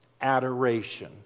adoration